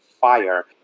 fire